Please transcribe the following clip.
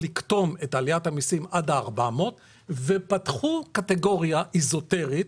לקטום את עליית המסים עד ה-400 ופתחו קטגוריה אזוטרית,